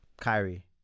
Kyrie